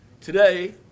today